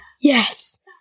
Yes